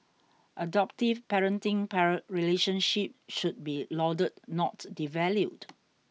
adoptive parenting para relationships should be lauded not devalued